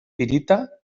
pirita